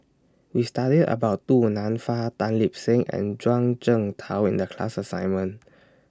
We studied about Du Nanfa Tan Lip Seng and Zhuang Shengtao in The class assignment